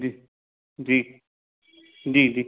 जी जी जी जी